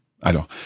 Alors